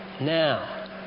Now